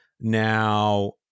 Now